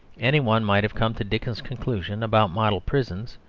any one might have come to dickens's conclusion about model prisons,